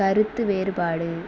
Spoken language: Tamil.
கருத்து வேறுபாடு